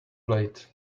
late